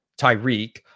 Tyreek